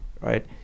right